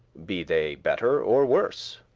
be they better or worse,